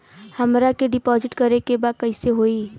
हमरा के डिपाजिट करे के बा कईसे होई?